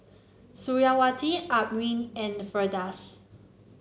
Suriawati Amrin and Firdaus